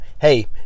hey